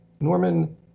Norman